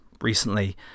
recently